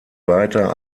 weiter